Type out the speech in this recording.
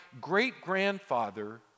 great-grandfather